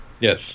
Yes